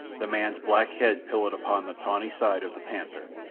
the man's black head pillowed upon the tawny side of the panther.